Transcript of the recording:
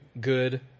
good